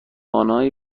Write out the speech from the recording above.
آنهایی